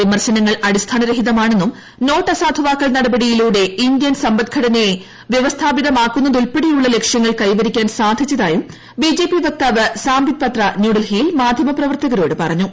വിമർശനങ്ങൾ അടിസ്ഥാനരഹിതമാണെന്നും നോട്ട് അസാധുവാക്കൽ നടപടിയിലൂടെ ഇന്ത്യൻ സമ്പദ്ഘടനയെ വൃവസ്ഥാപിതമാക്കുന്നതുൾപ്പെടെയുള്ള ലക്ഷൃങ്ങൾ കൈവരിക്കാൻ സാധിച്ചതായും ബിജെപി വക്താവ് സാംബിത് പത്ര ന്യൂഡൽഹിയിൽ മാധ്യമപ്രവർത്തകരോട് പറഞ്ഞു